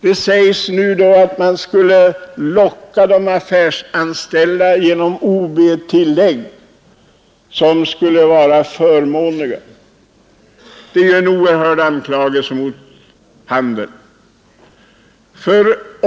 Det sägs nu att man skulle locka de affärsanställda genom förmånliga ob-tillägg. Det innebär en oerhörd anklagelse mot handeln.